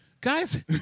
guys